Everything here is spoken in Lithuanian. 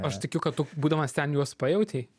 aš tikiu kad tu būdamas ten juos pajautei